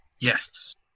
Yes